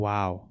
Wow